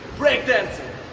breakdancing